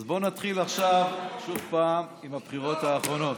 אז בוא נתחיל עכשיו שוב פעם עם הבחירות האחרונות.